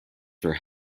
for